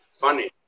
funny